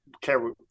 care